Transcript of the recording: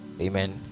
Amen